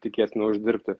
tikėtina uždirbti